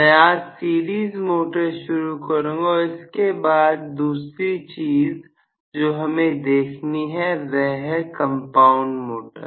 मैं आज series motor शुरू करूंगा और इसके बाद दूसरी चीज जो हमें देखनी है वह है कंपाउंड मोटर